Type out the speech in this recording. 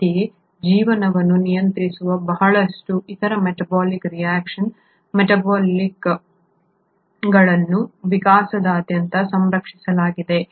ಅಂತೆಯೇ ಜೀವನವನ್ನು ನಿಯಂತ್ರಿಸುವ ಬಹಳಷ್ಟು ಇತರ ಮೆಟಾಬೋಲಿಕ್ ರಿಯಾಕ್ಷನ್ ಮೆಟಾಬಾಲಿಕ್ಗಳನ್ನು ವಿಕಾಸದಾದ್ಯಂತ ಸಂರಕ್ಷಿಸಲಾಗಿದೆ